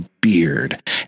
beard